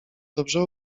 dobrze